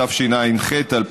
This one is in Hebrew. התשע"ח 2017